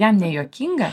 jam nejuokinga